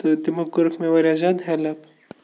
تہٕ تِمو کٔرٕکھ مےٚ واریاہ زیادٕ ہٮ۪لٕپ